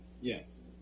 Yes